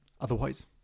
Otherwise